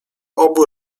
obu